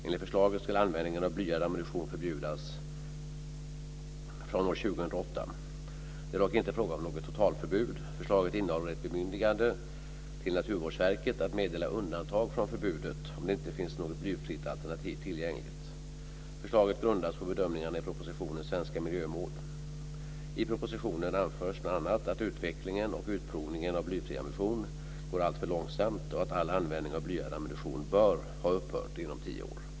Enligt förslaget ska användningen av blyad ammunition förbjudas från år 2008. Det är dock inte fråga om något totalförbud. Förslaget innehåller ett bemyndigande för Naturvårdsverket att meddela undantag från förbudet om det inte finns något blyfritt alternativ tillgängligt. Förslaget grundas på bedömningarna i propositionen Svenska miljömål . I propositionen anförs bl.a. att utvecklingen och utprovningen av blyfri ammunition går alltför långsamt och att all användning av blyad ammunition bör ha upphört inom tio år.